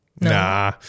Nah